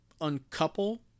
uncouple